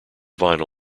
vinyl